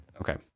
Okay